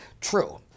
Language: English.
true